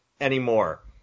anymore